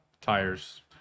tires